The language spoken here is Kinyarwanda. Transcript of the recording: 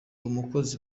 umukozi